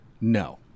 no